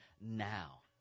now